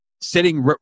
sitting